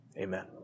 Amen